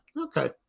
Okay